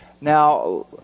Now